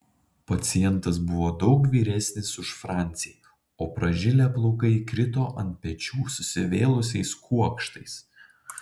pacientas buvo daug vyresnis už francį o pražilę plaukai krito ant pečių susivėlusiais kuokštais